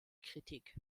kritik